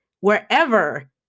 wherever